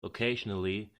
occasionally